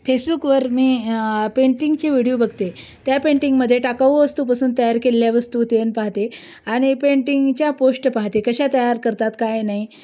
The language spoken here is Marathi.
फेसबुकवर मी पेंटिंगचे व्हिडिओ बघते त्या पेंटिंगमध्ये टाकाऊ वस्तूपासून तयार केलेल्या वस्तू ते पाहते आणि पेंटिंगच्या पोष्ट पहाते कशा तयार करतात काय नाही